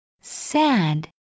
Sad